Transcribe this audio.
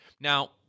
Now